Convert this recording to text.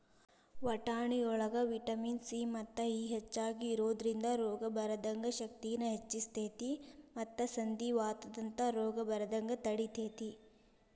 ವಟಾಣಿಯೊಳಗ vitamin C ಮತ್ತು E ಹೆಚ್ಚಾಗಿ ಇರೋದ್ರಿಂದ ರೋಗ ಬರದಂಗ ಶಕ್ತಿನ ಹೆಚ್ಚಸ್ತೇತಿ ಮತ್ತ ಸಂಧಿವಾತದಂತ ರೋಗ ಬರದಂಗ ತಡಿತೇತಿ